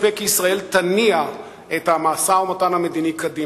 הפעם חומר הנפץ הגיע אלינו מן הים.